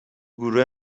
گروه